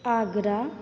Agra